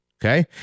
Okay